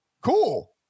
cool